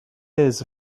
pears